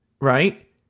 right